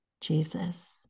Jesus